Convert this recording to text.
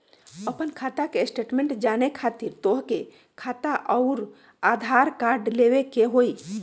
आपन खाता के स्टेटमेंट जाने खातिर तोहके खाता अऊर आधार कार्ड लबे के होइ?